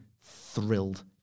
thrilled